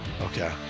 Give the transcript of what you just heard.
Okay